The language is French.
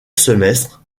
semestre